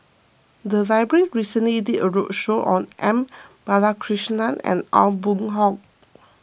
the library recently did a roadshow on M Balakrishnan and Aw Boon Haw